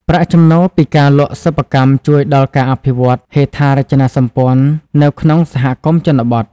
ប្រាក់ចំណូលពីការលក់សិប្បកម្មជួយដល់ការអភិវឌ្ឍ ហេដ្ឋារចនាសម្ព័ន្ធ នៅក្នុងសហគមន៍ជនបទ។